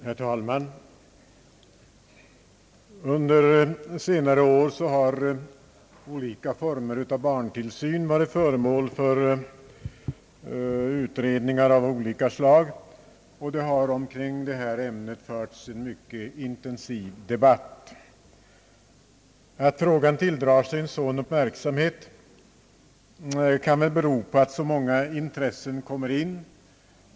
Herr talman! Under senare år har olika former av barntillsyn varit föremål för utredningar av olika slag, och det har kring detta ämne förts en mycket intensiv debatt. Att frågan tilldrar sig en sådan uppmärksamhet kan väl bero på att så många intressen spelar in.